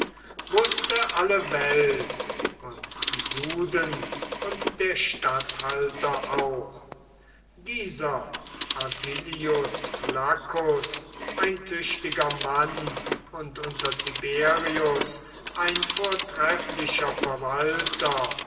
wußte alle welt und die juden und der statthalter auch dieser avillius flaccus ein tüchtiger mann und unter tiberius ein vortrefflicher verwalter